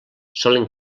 solen